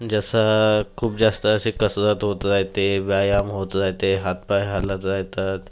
जसं खूप जास्त असे कसरत होत राहते व्यायाम होत राहते हातपाय हालत राहतात